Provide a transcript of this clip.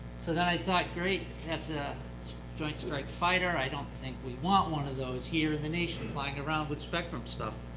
so then i thought, great, that's a joint strike fighter. i don't think we want to one of those here in the nation, flying around with spectrum stuff.